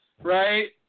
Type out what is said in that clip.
right